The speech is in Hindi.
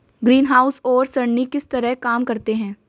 ग्रीनहाउस सौर सरणी किस तरह काम करते हैं